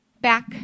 Back